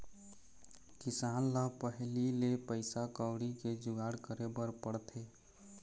किसान ल पहिली ले पइसा कउड़ी के जुगाड़ करे बर पड़थे